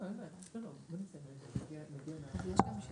האומדנים שלנו לנושא זה הם בסדר גודל של כ-700 אלף